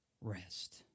rest